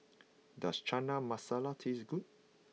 does Chana Masala tastes good